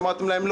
אמרתם להם,